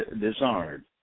desired